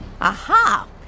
Aha